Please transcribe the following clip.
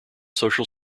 social